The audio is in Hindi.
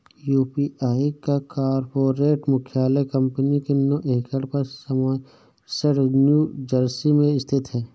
यू.पी.आई का कॉर्पोरेट मुख्यालय कंपनी के नौ एकड़ पर समरसेट न्यू जर्सी में स्थित है